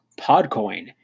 Podcoin